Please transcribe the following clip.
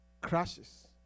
crashes